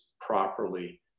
properly